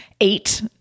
eight